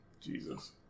Jesus